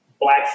black